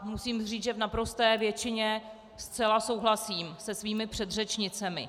Musím říci, že v naprosté většině zcela souhlasím se svými předřečnicemi.